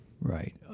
Right